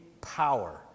power